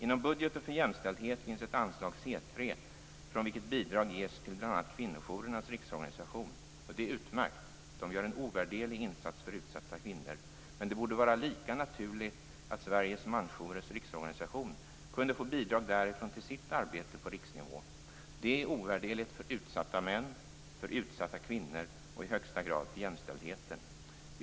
Inom budgeten för jämställdhet finns ett anslag C 3, från vilket bidrag ges till bl.a. kvinnojourernas riksorganisation. Det är utmärkt. Man gör en ovärderlig insats för utsatta kvinnor. Men det borde vara lika naturligt att Sveriges Mansjourers Riksorganisation kunde få bidrag därifrån till sitt arbete på riksnivå. Det är ovärderligt för utsatta män, för utsatta kvinnor och i högsta grad för jämställdheten.